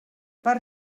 per